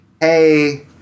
Hey